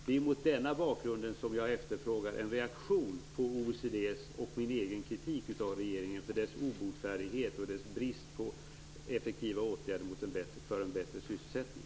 Det är mot den bakgrunden jag efterfrågar en reaktion på OECD:s och min egen kritik av regeringen för dess obotfärdighet och brist på effektiva åtgärder för en bättre sysselsättning.